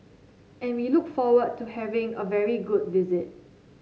and we look forward to having a very good visit